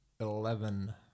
Eleven